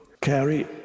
carry